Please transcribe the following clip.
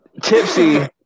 Tipsy